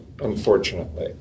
unfortunately